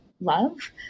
love